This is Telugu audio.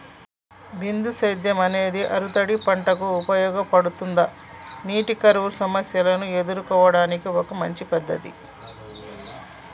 బిందు సేద్యం అనేది ఆరుతడి పంటలకు ఉపయోగపడుతుందా నీటి కరువు సమస్యను ఎదుర్కోవడానికి ఒక మంచి పద్ధతి?